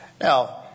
Now